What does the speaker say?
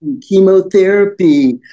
chemotherapy